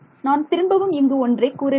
நான் திரும்பவும் இங்கு ஒன்றைக் கூற வேண்டும்